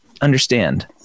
understand